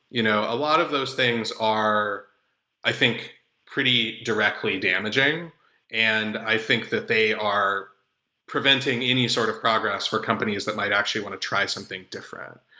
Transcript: you know a lot of those things are i think pretty directly damaging and i think that they are preventing any sort of progress for companies that might actually want to try something different.